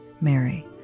Mary